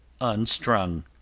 UNSTRUNG